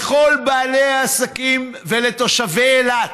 לכל בעלי העסקים ולתושבי אילת,